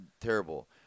terrible